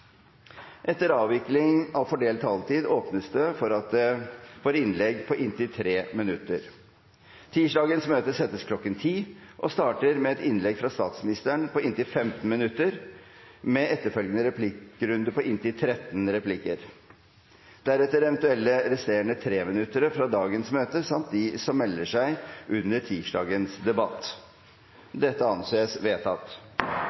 Etter avvikling av fordelt taletid åpnes det for innlegg på inntil 3 minutter. Tirsdagens møte settes kl. 10.00 og starter med et innlegg fra statsministeren på inntil 15 minutter, med etterfølgende replikkrunde på inntil 13 replikker, som fordeles slik: Arbeiderpartiet fem replikker, Kristelig Folkeparti to replikker, Senterpartiet to replikker, Venstre to replikker, Sosialistisk Venstreparti en replikk og Miljøpartiet De Grønne en replikk. Deretter kommer eventuelle resterende